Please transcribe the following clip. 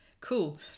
cool